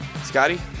Scotty